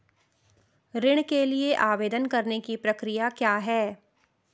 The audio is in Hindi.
ऋण के लिए आवेदन करने की प्रक्रिया क्या है?